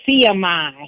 CMI